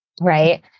Right